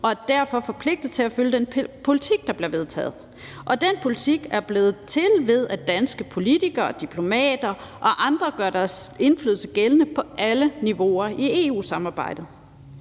og er derfor forpligtet til at følge den politik, der bliver vedtaget. Og den politik er blevet til, ved at danske politikere og diplomater og andre gør deres indflydelse gældende på alle niveauer i EU-samarbejdet.